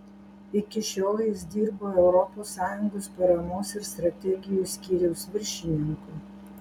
iki šiol jis dirbo europos sąjungos paramos ir strategijos skyriaus viršininku